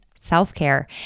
self-care